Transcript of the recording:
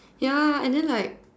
ya and then like